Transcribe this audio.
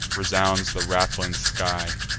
resounds the rattling sky.